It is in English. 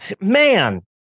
Man